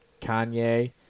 kanye